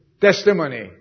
testimony